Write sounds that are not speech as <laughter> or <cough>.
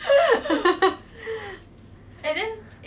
<breath> okay